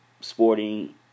sporting